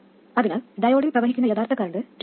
അതിനാൽ ഡയോഡിൽ പ്രവഹിക്കുന്ന യഥാർത്ഥ കറൻറ് 2